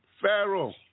Pharaoh